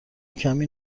کمی